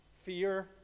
fear